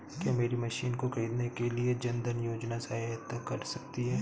क्या मेरी मशीन को ख़रीदने के लिए जन धन योजना सहायता कर सकती है?